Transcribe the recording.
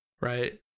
Right